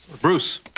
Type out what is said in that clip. Bruce